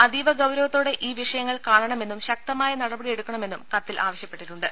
അതീവ ഗൌരവത്തോടെ ഈ വിഷയങ്ങൾ കാണണമെന്നും ശക്തമായ നടപടിയെടുക്കണമെന്നും കത്തിൽ ആവശ്യപ്പെട്ടിട്ടുണ്ട്